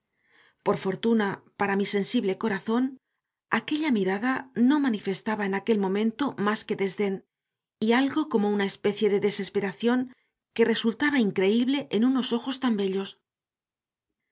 por fortuna para mi sensible corazón aquella mirada no manifestaba en aquel momento más que desdén y algo como una especie de desesperación que resultaba increíble en unos ojos tan bellos